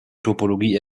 topologie